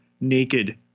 naked